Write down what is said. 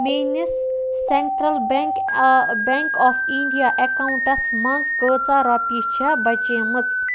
میٛٲنِس central bank آ bank of India اَکاونٹَس منٛز کۭژاہ رۄپیہِ چھِ بچیمٕژ